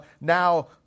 now